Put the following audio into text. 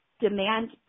demand